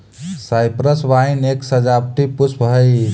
cypress vine एक सजावटी पुष्प हई